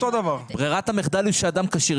ברירת המחדל היא שאדם כשיר,